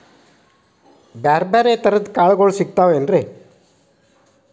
ಬ್ಯಾರೆ ಬ್ಯಾರೆ ತರದ್ ಕಾಳಗೊಳು ಸಿಗತಾವೇನ್ರಿ?